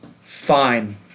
Fine